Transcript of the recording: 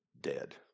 dead